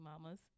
mamas